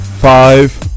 Five